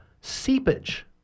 seepage